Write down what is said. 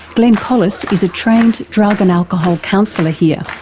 glen collis is a trained drug and alcohol councillor here,